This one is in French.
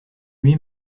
lui